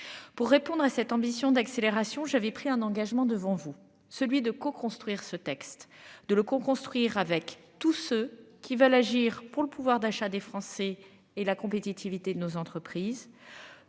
Pour répondre à cette ambition d'accélération. J'avais pris un engagement devant vous, celui de co-construire ce texte de le construire avec tous ceux qui veulent agir pour le pouvoir d'achat des Français et la compétitivité de nos entreprises.